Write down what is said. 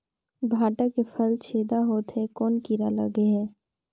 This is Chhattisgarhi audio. भांटा के फल छेदा होत हे कौन कीरा लगे हे?